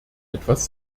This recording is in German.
etwas